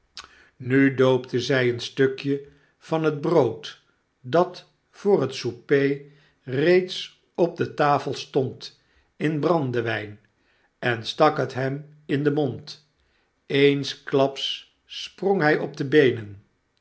nu doopte zij een stukje van het brood dat voor het souper reeds op de tafel stond in brandewijn en stak het hem in den mond eensklaps sprong hij op de beenen